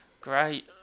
Great